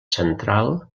central